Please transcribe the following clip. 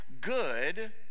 good